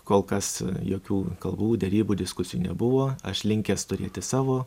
kol kas jokių kalbų derybų diskusijų nebuvo aš linkęs turėti savo